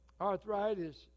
Arthritis